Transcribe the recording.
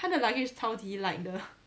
他的 luggage 超级 light 的